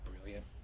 brilliant